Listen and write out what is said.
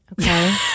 Okay